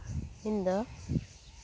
ᱤᱧᱫᱚ